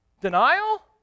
Denial